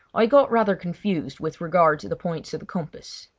i got rather confused with regard to the points of the compass.